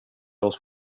oss